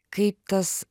kaip tas